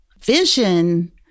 vision